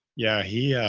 yeah, he, yeah